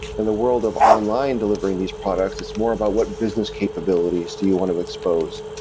in the world of online delivering these products, it's more about what business capabilities do you want to expose?